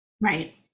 Right